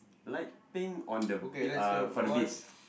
light pink on the uh for the base